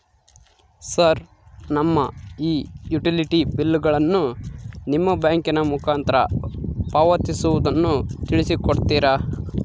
Sir ನಮಗೆ ಈ utility ಬಿಲ್ಲುಗಳನ್ನು ನಿಮ್ಮ ಬ್ಯಾಂಕಿನ ಮುಖಾಂತರ ಪಾವತಿಸುವುದನ್ನು ತಿಳಿಸಿ ಕೊಡ್ತೇರಾ?